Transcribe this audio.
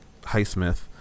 Highsmith